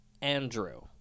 Andrew